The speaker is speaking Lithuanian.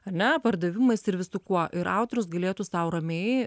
ane pardavimais ir visu kuo ir autorius galėtų sau ramiai